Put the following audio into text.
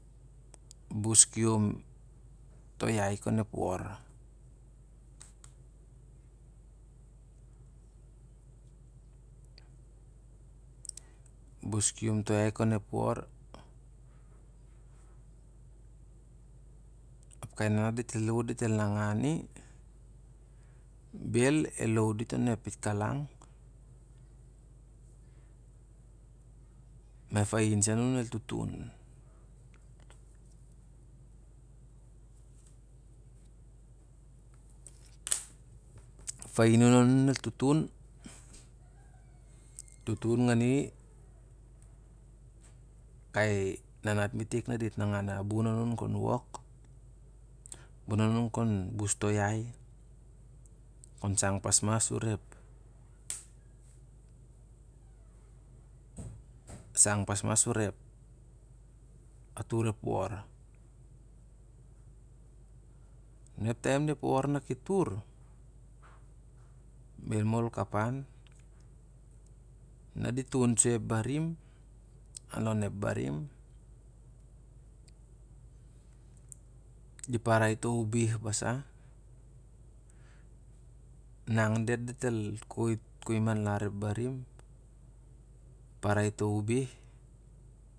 Bus kiom to yai kon ep wor. Bus kiom to yai kon ep wor. Ap kai nanat dit el wut dit el nangan i. Bel el lo dit on a pit kalang, ep tain sen anuni el tutun. Ef fain anun i el tutun, tutun ngan kai nanat metek na dit nangan a bun anuni kon wok nangan a bun anuni kon bus to' yai. Kon sang pas ma, sang pas ma kon atur ep wor. Na ep taim na wor na ki tur, bel ma ol kapan. Na di tun soi ep barim, an lon ep barim. Di parai to' ubeh basa, nang diat el kui ep, kur manglas ep barim, parai to' ubeh.